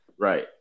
Right